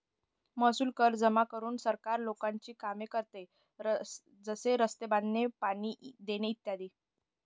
महसूल कर जमा करून सरकार लोकांची कामे करते, जसे रस्ते बांधणे, पाणी देणे इ